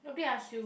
nobody ask you